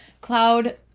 cloud